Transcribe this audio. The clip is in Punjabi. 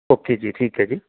ਓਕੇ ਜੀ ਠੀਕ ਹੈ ਜੀ